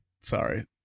sorry